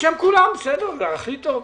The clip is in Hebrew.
בשם כולם, בסדר, הכי טוב.